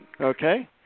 Okay